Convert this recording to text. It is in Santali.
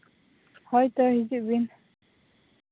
ᱦᱳᱭ ᱛᱚ ᱦᱤᱡᱩᱜ ᱵᱤᱱ